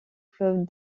fleuve